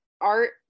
art